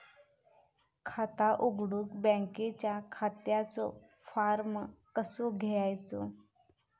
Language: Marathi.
खाता उघडुक बँकेच्या खात्याचो फार्म कसो घ्यायचो?